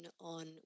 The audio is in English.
on